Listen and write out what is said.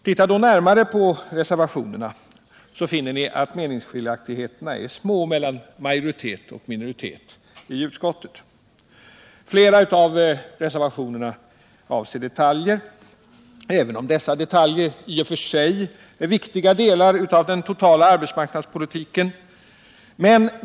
Titta då närmare på reservationerna, så finner ni att meningsskiljaktigheterna är små mellan majoritet och minoritet i utskottet. Flera av reservationerna avser detaljer, även om dessa detaljer i och för sig är viktiga delar av den totala arbetsmarknadspolitiken.